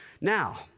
Now